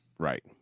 Right